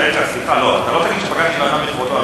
רגע, סליחה, אתה לא תגיד שפגעתי באדם בכבודו.